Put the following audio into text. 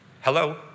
Hello